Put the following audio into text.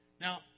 Now